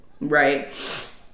Right